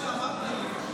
מה שאמרת לי,